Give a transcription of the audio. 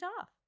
off